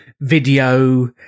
video